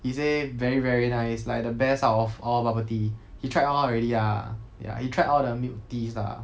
he say very very nice it's like the best out of all bubble tea he tried a lot already ah ya he tried all the milk teas ah